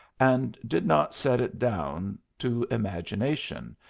and did not set it down to imagination,